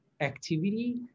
activity